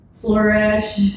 flourish